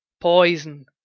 poison